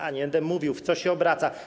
A, nie będę mówił, w co się obraca.